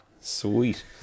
Sweet